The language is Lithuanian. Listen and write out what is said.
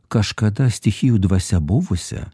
kažkada stichijų dvasia buvusią